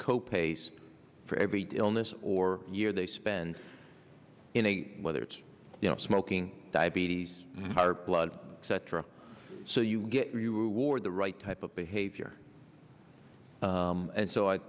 co pays for every illness or year they spend in a whether it's you know smoking diabetes heart blood cetera so you get you wore the right type of behavior and so i